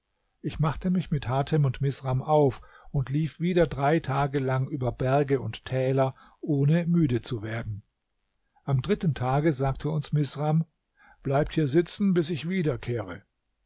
ich machte mich mit hatem und misram auf und lief wieder drei tag lang über berge und täler ohne müde zu werden am dritten tage sagte uns misram bleibt hier sitzen bis ich